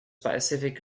pacific